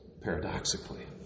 paradoxically